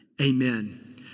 Amen